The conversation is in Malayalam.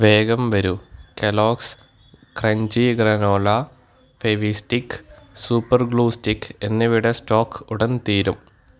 വേഗം വരൂ Kellogg's crunchy granola Fevistick super glue stick എന്നിവയുടെ സ്റ്റോക് ഉടൻ തീരും